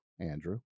Andrew